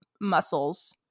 muscles